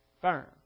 firm